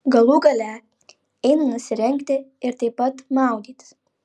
galų gale eina nusirengti ir taip pat maudytis